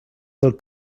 del